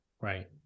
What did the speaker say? right